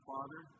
Father